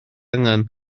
angen